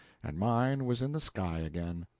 and mine was in the sky again.